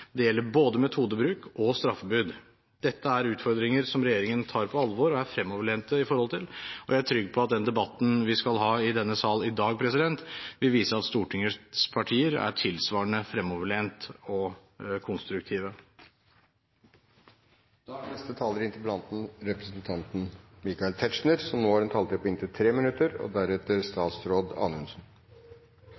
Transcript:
Det gjelder både metodebruk og straffebud. Dette er utfordringer som regjeringen tar på alvor og er fremoverlent i forhold til, og jeg er trygg på at den debatten vi skal ha i denne sal i dag, vil vise at Stortingets partier er tilsvarende fremoverlente og konstruktive.